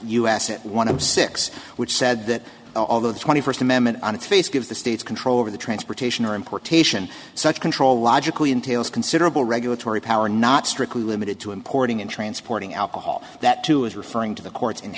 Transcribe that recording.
at one of six which said that although the twenty first amendment on its face gives the states control over the transportation or importation such control logically entails considerable regulatory power not strictly limited to importing and transporting alcohol that too is referring to the courts and